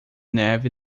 neve